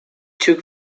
took